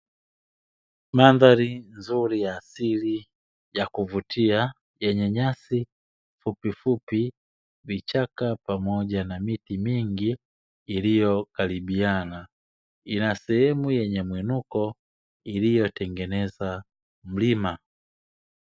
Mandhari nzuri ya asili ya kuvutia yenye nyasi fupifupi, vichaka pamoja na miti mingi iliyokaribiana. Ina sehemu ya muinuko iliyotengeneza mlima.